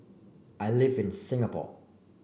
I live in Singapore